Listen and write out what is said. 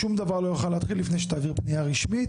שום דבר לא יוכל להתחיל עד שלא תעביר פנייה רשמית